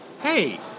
hey